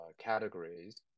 categories